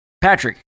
Patrick